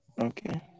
Okay